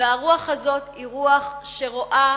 והרוח הזו היא רוח שרואה,